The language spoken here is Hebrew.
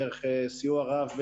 דרך סיוע רב,